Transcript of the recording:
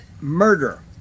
murder